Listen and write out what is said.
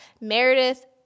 Meredith